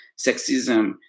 sexism